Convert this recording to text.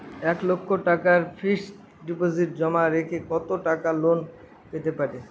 এক লক্ষ টাকার fixed deposit জমা রেখে কত টাকা লোন পেতে পারি?